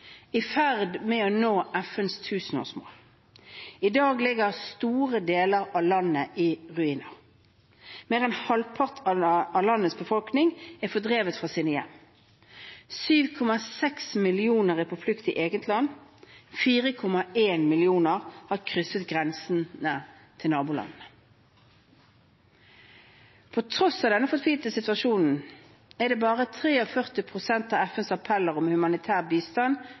i ferd med å nå FNs tusenårsmål. I dag ligger store deler av landet i ruiner. Mer enn halvparten av landets befolkning er fordrevet fra sine hjem – 7,6 millioner er på flukt i eget land, og 4,1 millioner har krysset grensene til nabolandene. På tross av denne fortvilte situasjonen er det bare 43 pst. av FNs appeller om humanitær bistand